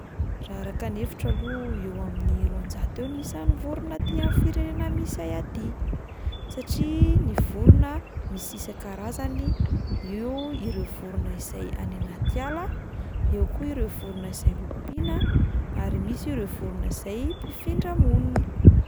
Raha araka ny hevitro aloha eo amin'ny roanjato ny isan'ny vorona aty amin'ny firenena misy ahy aty satria ny vorona misy isan- karazany, eo ireo vorona izay any anaty ala, eo koa ireo vorona izay ompiana ary misy ireo vorona izay mpifindra monina.